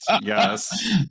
Yes